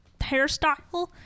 hairstyle